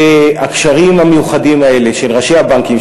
והקשרים המיוחדים האלה של ראשי הבנקים,